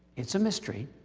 it's a mystery.